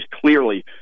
clearly